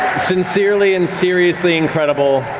sincerely and seriously incredible